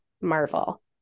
marvel